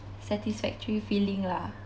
satisfactory feeling lah